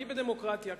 כי בדמוקרטיה,